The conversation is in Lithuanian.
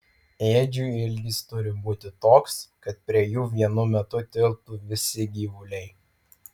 ėdžių ilgis turi būti toks kad prie jų vienu metu tilptų visi gyvuliai